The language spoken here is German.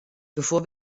bevor